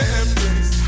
embrace